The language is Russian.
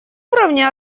уровне